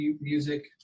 music